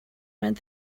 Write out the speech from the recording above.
meant